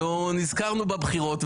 ונזכרנו בבחירות,